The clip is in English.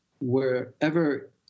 wherever